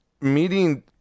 meeting